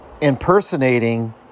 impersonating